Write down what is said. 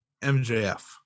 MJF